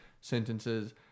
sentences